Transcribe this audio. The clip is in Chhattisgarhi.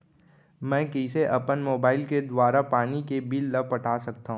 मैं कइसे अपन मोबाइल के दुवारा पानी के बिल ल पटा सकथव?